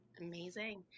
Amazing